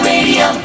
Radio